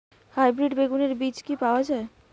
Hybrid বেগুনের বীজ কি পাওয়া য়ায়?